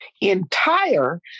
Entire